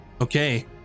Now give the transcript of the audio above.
Okay